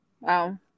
Wow